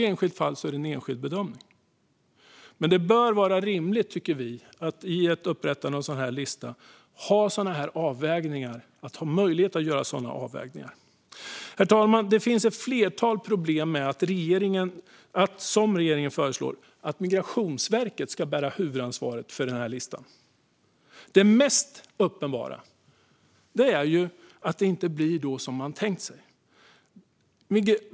Det bör dock vara rimligt, tycker vi, att man vid upprättande av en sådan här lista har möjlighet att göra sådana avvägningar. Herr talman! Det finns ett flertal problem med att, som regeringen föreslår, Migrationsverket ska bära huvudansvaret för listan. Det mest uppenbara är att den inte blir som man tänkt sig.